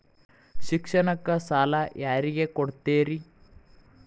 ಶಿಕ್ಷಣಕ್ಕ ಸಾಲ ಯಾರಿಗೆ ಕೊಡ್ತೇರಿ?